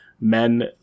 men